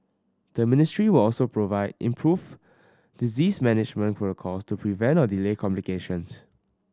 the ministry will also provide improve disease management protocol to prevent or delay complications